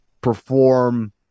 perform